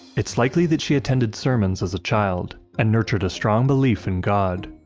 it is likely that she attended sermons as a child, and nurtured a strong belief in god.